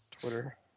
Twitter